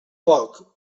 poc